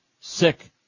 sick